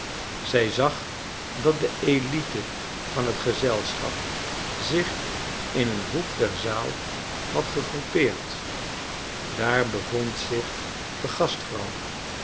zij zag dat de elite van het gezelschap zich in een hoek der zaal had gegroepeerd daar bevond zich de gastvrouw